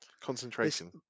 concentration